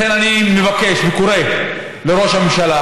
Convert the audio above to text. לכן, אני מבקש וקורא לראש הממשלה,